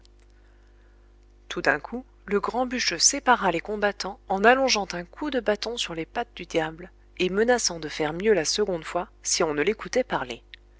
tout d'un coup le grand bûcheux sépara les combattants en allongeant un coup de bâton sur les pattes du diable et menaçant de faire mieux la seconde fois si on ne l'écoutait parler